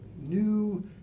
new